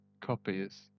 Copies